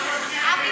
זה אור ירוק לפאשיזם.